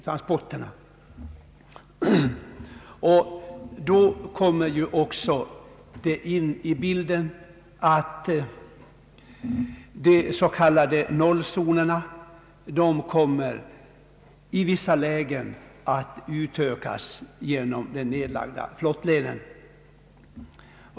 In i bilden kommer också att de s.k. nollzonerna i vissa fall utökas till följd av de nedlagda flottlederna.